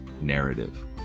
narrative